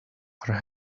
are